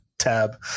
Tab